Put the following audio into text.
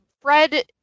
fred